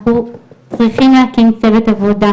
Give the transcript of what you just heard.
אנחנו צריכים להקים צוות עבודה,